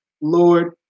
Lord